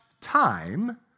time